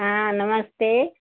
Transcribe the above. हाँ नमस्ते